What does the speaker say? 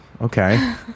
Okay